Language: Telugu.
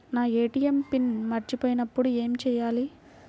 నా ఏ.టీ.ఎం పిన్ మరచిపోయినప్పుడు ఏమి చేయాలి?